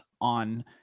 on